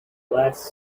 last